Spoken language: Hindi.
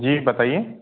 जी बताइए